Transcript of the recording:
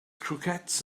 croquettes